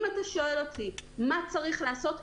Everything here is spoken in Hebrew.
אם אתה שואל אותי מה צריך לעשות,